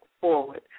forward